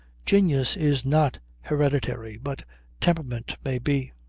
genius is not hereditary but temperament may be.